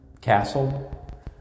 castle